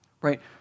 right